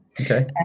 Okay